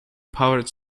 powered